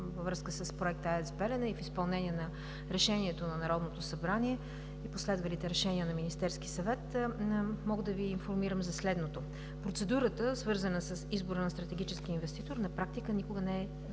във връзка с Проекта АЕЦ „Белене“, в изпълнение на Решение на Народното събрание и последвалите решения на Министерския съвет, мога да Ви информирам за следното: процедурата, свързана с избор на стратегически инвеститор, на практика никога не е